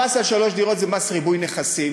המס על שלוש דירות זה מס ריבוי נכסים,